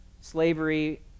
Slavery